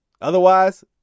Otherwise